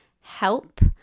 help